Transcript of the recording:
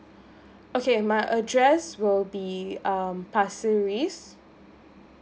okay my address will be um pasir ris